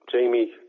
Jamie